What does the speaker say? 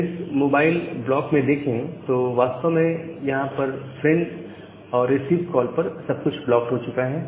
अगर इस mobile block को देखें तो वास्तव में यहां पर फ्रेंड और रिसीव कॉल पर सब कुछ ब्लॉक्ड हो चुका है